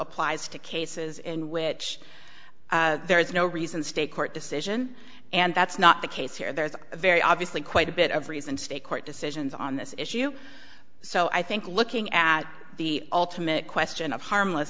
applies to cases in which there is no reason state court decision and that's not the case here there is very obviously quite a bit of reason state court decisions on this issue so i think looking at the ultimate question of harmless